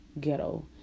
ghetto